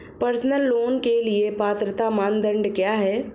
Personal loan के लिए पात्रता मानदंड क्या हैं?